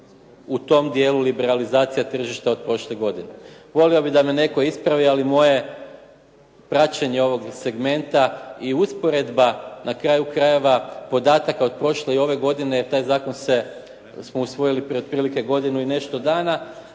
u tom dijelu liberalizacije tržišta od prošle godine. Volio bih da me netko ispravi ali moje praćenje ovog segmenta i usporedba na kraju krajeva podataka od prošle godine i ove godine jer taj zakon smo usvojili prije otprilike godinu i nešto dana,